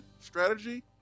Strategy